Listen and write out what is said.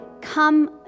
come